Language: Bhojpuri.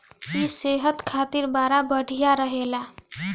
इ सेहत खातिर बड़ा बढ़िया रहेला